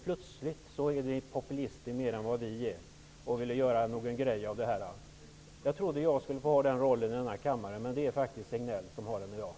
Plötsligt är ni mer av populister än vi och vill göra en grej av det här. Jag trodde jag skulle få ha den rollen i denna kammare, men det är faktiskt Signell som har den i dag.